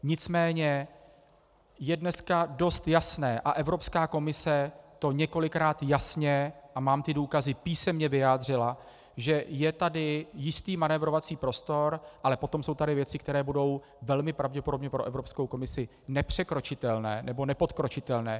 Nicméně je dneska dost jasné a Evropská komise to několikrát jasně, a mám ty důkazy, písemně vyjádřila, že je tady jistý manévrovací prostor, ale potom jsou tady věci, které budou velmi pravděpodobně pro Evropskou komisi nepodkročitelné.